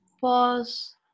Pause